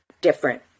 different